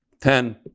Ten